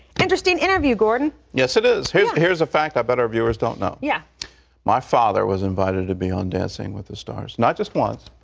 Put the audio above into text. interesting interview gordon. yes, it is. here's here's a fact i'll bet our viewers don't know. yeah my father was invited to be on dancing with the stars, not just once,